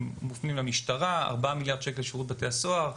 מופנים למשטרה, 4 מיליארד שקל לשירות בתי הסוהר,